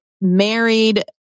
married